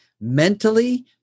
mentally